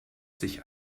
sich